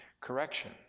correction